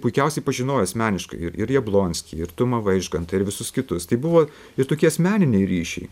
puikiausiai pažinojo asmeniškai ir ir jablonskį ir tumą vaižgantą ir visus kitus tai buvo ir tokie asmeniniai ryšiai